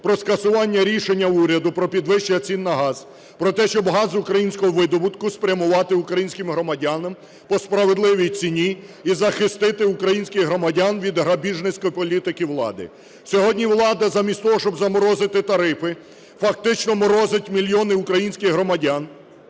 про скасування рішення уряду про підвищення цін на газ, про те, щоби газ українського видобутку спрямувати українським громадянам по справедливій ціні і захистити українських громадян від грабіжницької політики влади. Сьогодні влада замість того, щоб заморозити тарифи, фактично морозить мільйони українських громадян